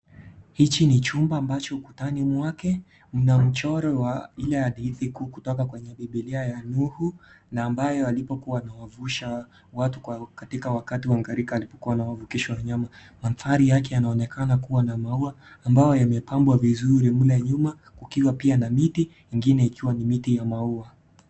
Hichi ni chumba ambacho ukutani mwake mna mchoro wa ile hadithi kuu kutoka kwenye bibilia ya nuhu, na ambayo alipo kuwa anawafusha watu katika wakati wa ngarika alikuwa na wabukesho wanyama. Mantari yake anaonekana kuwa na maua, ambayo yamepambwa vizuri mle nyuma, kukiwa pia na miti, ingine ikiwa ni miti ya maua.